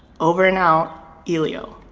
over and out, elio